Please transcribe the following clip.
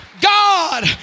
God